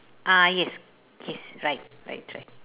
uh yes yes right right right